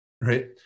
Right